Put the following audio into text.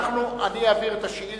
אני אעביר את השאילתא.